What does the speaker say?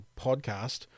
podcast